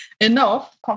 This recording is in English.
enough